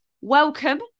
welcome